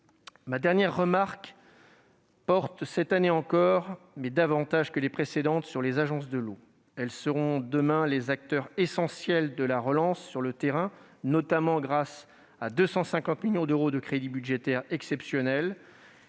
Ma dernière remarque porte, cette année encore, mais de manière encore plus insistante que d'habitude, sur les agences de l'eau : celles-ci seront, demain, les acteurs essentiels de la relance sur le terrain, notamment grâce à 250 millions d'euros de crédits budgétaires exceptionnels.